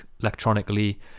electronically